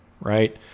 right